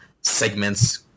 segment's